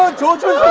daughter